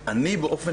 אבל באופן